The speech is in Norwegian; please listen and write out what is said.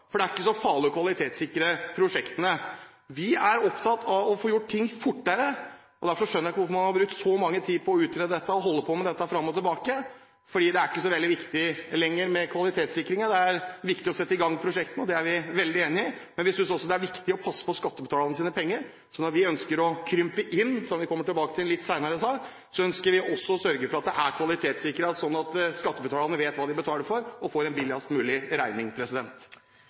det er ikke så farlig å kvalitetssikre prosjektene. Vi er opptatt av å få gjort ting fortere. Derfor skjønner jeg ikke hvorfor man har brukt så mye tid på å utrede og holde på med dette fram og tilbake, for det er ikke så veldig viktig lenger med kvalitetssikringen. Det er viktig å sette i gang prosjektene. Det er vi veldig enig i, men vi synes også det er viktig å passe på skattebetalernes penger. Så vi ønsker å krympe inn – som vi kommer tilbake til litt senere idag – og vi ønsker å sørge for at det også er kvalitetssikret, sånn at skattebetalerne vet hva de betaler for, og får en billigst mulig regning.